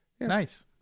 nice